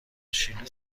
شیلی